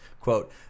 Quote